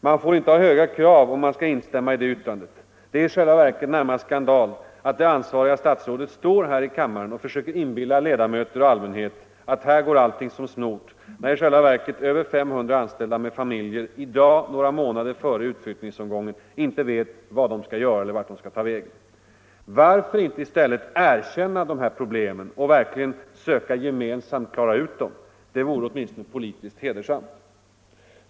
Man får inte ha höga krav om man skall instämma i det yttrandet. Det är i själva verket närmast skandal att det ansvariga statsrådet står här i kammaren och försöker inbilla ledamöter och allmänhet att allting går som smort när över 500 anställda med familjer i dag — några månader före utflyttningen — inte vet vad de skall göra eller vart de skall ta vägen. Varför inte i stället erkänna de här problemen och verkligen söka gemensamt klara ut dem? Det vore åtminstone politiskt hederligt.